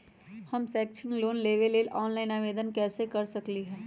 हम शैक्षिक लोन लेबे लेल ऑनलाइन आवेदन कैसे कर सकली ह?